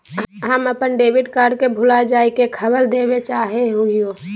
हम अप्पन debit card के भुला जाये के खबर देवे चाहे हियो